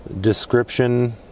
description